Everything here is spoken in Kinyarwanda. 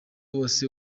bose